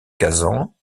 kazan